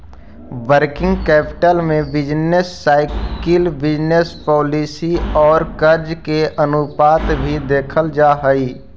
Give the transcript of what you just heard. working capital में business cycle business policy औउर कर्ज के अनुपात भी देखल जा हई